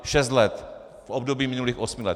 Šest let v období minulých osmi let.